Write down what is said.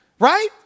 Right